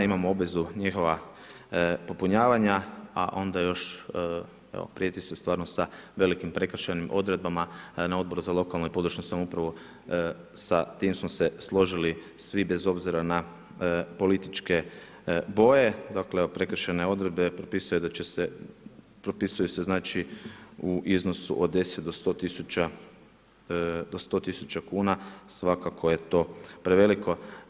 Imamo obvezu njihova popunjavanja a onda još evo prijeti se stvarno sa velikim prekršajnim odredbama na Odboru za lokalnu i područnu samoupravu, sa tim smo se složili svi bez obzira na političke boje, dakle evo prekršajne odredbe propisuje da će se, propisuju se znači u iznosu od 10 do 100 tisuća kuna svakako je to preveliko.